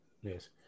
Yes